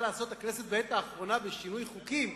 לעשות הכנסת בעת האחרונה בשינוי חוקים,